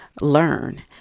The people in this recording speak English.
learn